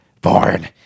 born